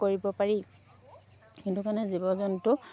কৰিব পাৰি সেইটো কাৰণে জীৱ জন্তু